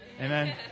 Amen